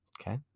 Okay